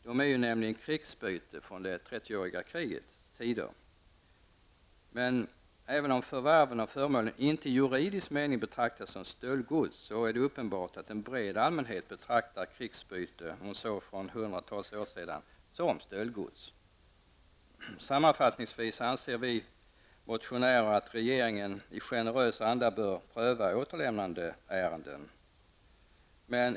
De är nämligen krigsbyte från det 30-åriga krigets tider. Men även om föremålen inte i juridisk mening betraktas som stöldgods, är det uppenbart att en bred allmänhet betraktar krigsbyte, om det så togs för hundratals år sedan, som stöldgods. Sammanfattningsvis anser vi motionärer att regeringen i generös anda bör pröva återlämnandeärenden.